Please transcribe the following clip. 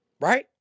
Right